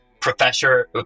professor